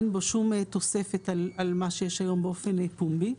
אין בו שום תוספת על מה שיש היום באופן פומבי.